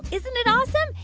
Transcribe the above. isn't it awesome?